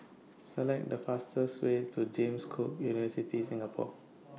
Select The fastest Way to James Cook University Singapore